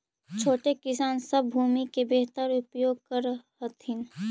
छोटे किसान सब भूमि के बेहतर उपयोग कर हथिन